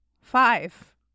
Five